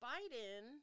Biden